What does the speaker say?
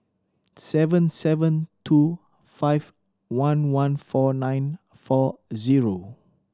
seven seven two five one one four nine four zero